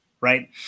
right